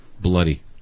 Bloody